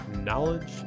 Knowledge